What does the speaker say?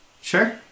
Sure